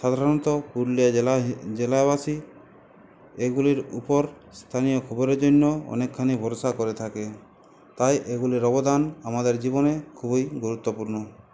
সাধারণত পুরুলিয়া জেলা হে জেলাবাসী এগুলির উপর স্থানীয় খবরের জন্য অনেকখানি ভরসা করে থাকে তাই এগুলির অবদান আমাদের জীবনে খুবই গুরুত্বপূর্ণ